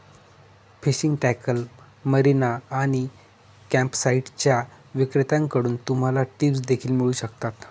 fishing tackle, marina आणि कॅम्पसाइट्सच्या विक्रेत्यांकडून तुम्हाला टिप्स देखील मिळू शकतात